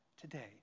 today